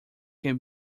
can